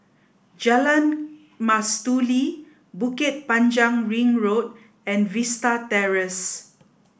Jalan Mastuli Bukit Panjang Ring Road and Vista Terrace